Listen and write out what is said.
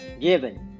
given